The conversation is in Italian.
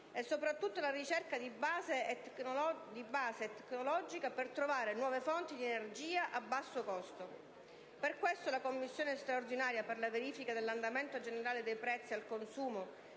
e, soprattutto, la ricerca di base e tecnologica per trovare nuove fonti di energia a basso costo. Per questo la Commissione straordinaria per la verifica dell'andamento generale dei prezzi al consumo